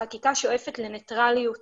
החקיקה שואפת לניטרליות